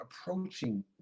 approaching